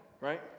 right